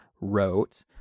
wrote